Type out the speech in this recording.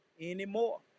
anymore